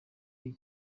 iyi